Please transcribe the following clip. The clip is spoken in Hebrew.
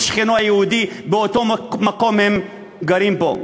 לשכנו היהודי באותו מקום שהם גרים בו,